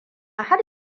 har